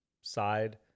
side